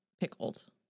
pickled